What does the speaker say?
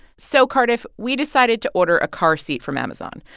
so, cardiff, we decided to order a car seat from amazon.